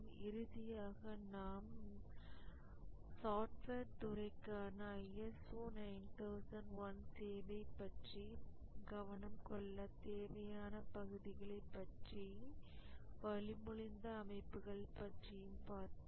இறுதியாக நாம் சாப்ட்வேர் துறைக்கான ISO 9001 தேவை பற்றி கவனம் கொள்ளத் தேவையான பகுதிகளைப் பற்றி வழிமொழிந்த அமைப்புகள் பற்றி பார்த்தோம்